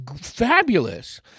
fabulous